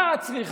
מה היא צריכה?